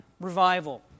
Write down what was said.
revival